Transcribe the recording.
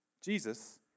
Jesus